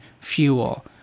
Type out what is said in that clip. fuel